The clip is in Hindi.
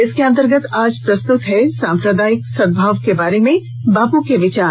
इसके अंतर्गत आज प्रस्तुत हैं सांप्रदायिक सद्भाव के बारे में बापू के विचार